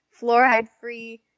fluoride-free